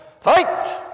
Fight